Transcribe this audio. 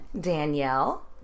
Danielle